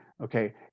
okay